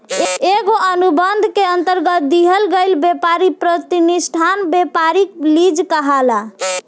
एगो अनुबंध के अंतरगत दिहल गईल ब्यपारी प्रतिष्ठान ब्यपारिक लीज कहलाला